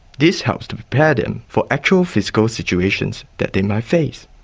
this helps to prepare them for actual physical situations that they might face.